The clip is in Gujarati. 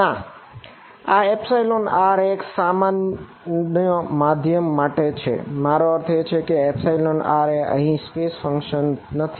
ના આ r એ એકસમાન માધ્યમ માટે છે મારો અર્થ એ છે કે r એ અહીં સ્પેસ નથી